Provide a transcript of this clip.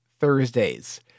Thursdays